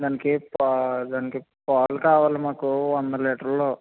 దానికి పా దానికి పాలు కావలి మాకు వంద లీటర్లు